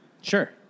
Sure